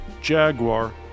Jaguar